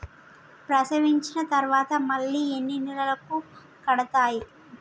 ప్రసవించిన తర్వాత మళ్ళీ ఎన్ని నెలలకు కడతాయి?